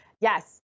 Yes